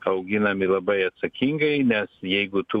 auginami labai atsakingai nes jeigu tu